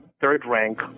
third-rank